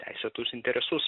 teisėtus interesus